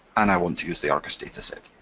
and i want to use the argos dataset.